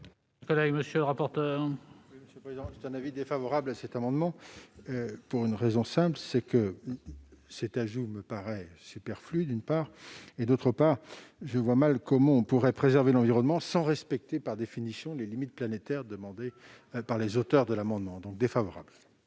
Monsieur le rapporteur,